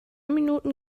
minuten